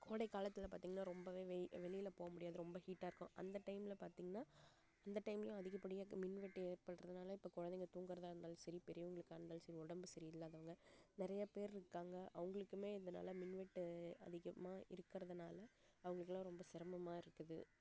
கோடைக்காலத்தில் பார்த்திங்கன்னா ரொம்ப வெயில் வெளியில் போக முடியாது ரொம்ப ஹீட்டாக இருக்கும் அந்த டைமில் பார்த்திங்கன்னா அந்த டைம்லேயும் அதிகப்படியான மின்வெட்டு ஏற்படுறதுனால இப்போ குழந்தைங்க தூங்குறதா இருந்தாலும் சரி பெரியவங்களுக்கா இருந்தாலும் சரி உடம்பு சரியில்லாதவங்க நிறைய பேர் இருக்காங்க அவங்களுக்குமே இதனால் மின்வெட்டு அதிகமாக இருக்கிறதுனால அவங்களுக்கெல்லாம் ரொம்ப சிரமமாக இருக்குது